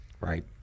Right